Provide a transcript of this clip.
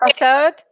episode